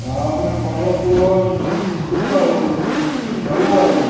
ହଁ ଆମେ ପନ୍ଦର କୋଡ଼ିଏ ଜଣ ଯିବୁ ଆଉ କରିବୁ ଆଉ